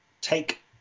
take